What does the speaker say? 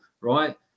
right